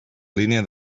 línia